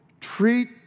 treat